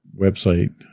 website